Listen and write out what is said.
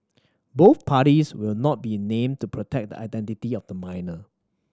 both parties will not be named to protect the identity of the minor